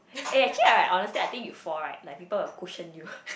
eh actually I honestly I think you fall right like people will cushion you